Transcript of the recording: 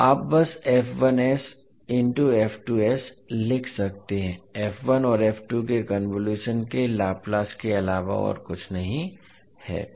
तो आप बस लिख सकते हैं f1 और f2 के कन्वोलुशन के लाप्लास के अलावा और कुछ नहीं है